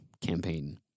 campaign